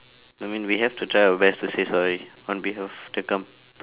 I mean we have to try our best to say sorry on behalf of the company